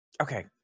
Okay